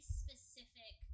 specific